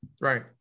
Right